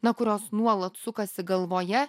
na kurios nuolat sukasi galvoje